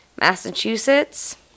Massachusetts